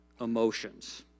emotions